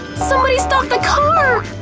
somebody stop the car!